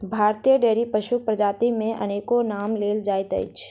भारतीय डेयरी पशुक प्रजाति मे अनेको नाम लेल जाइत अछि